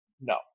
no